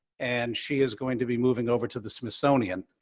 and she is going to be moving over to the smithsonian